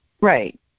Right